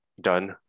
done